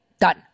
Done